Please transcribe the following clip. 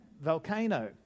volcano